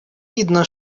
видно